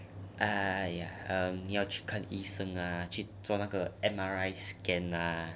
!aiya! um 你要去看医生 ah 去做那个 M_R_I scan ah